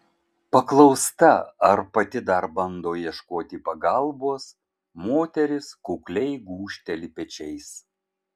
paklausta ar pati dar bando ieškoti pagalbos moteris kukliai gūžteli pečiais